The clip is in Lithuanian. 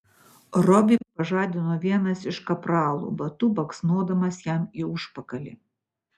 robį pažadino vienas iš kapralų batu baksnodamas jam į užpakalį